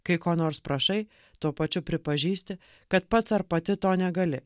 kai ko nors prašai tuo pačiu pripažįsti kad pats ar pati to negali